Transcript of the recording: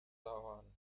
dauern